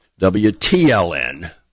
WTLN